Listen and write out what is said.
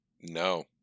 No